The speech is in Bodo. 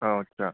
अ आस्सा